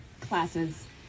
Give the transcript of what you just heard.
classes